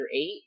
eight